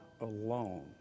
alone